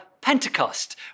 Pentecost